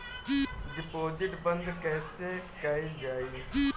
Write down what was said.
Deposit बंद कैसे कैल जाइ?